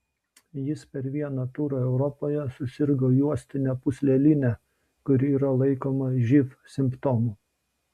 jis per vieną turą europoje susirgo juostine pūsleline kuri yra laikoma živ simptomu